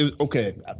Okay